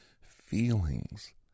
feelings